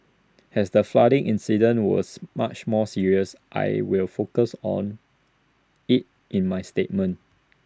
as the flooding incident was much more serious I will focus on IT in my statement